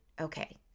okay